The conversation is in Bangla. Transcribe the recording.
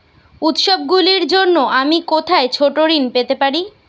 উত্সবগুলির জন্য আমি কোথায় ছোট ঋণ পেতে পারি?